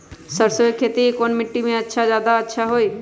सरसो के खेती कौन मिट्टी मे अच्छा मे जादा अच्छा होइ?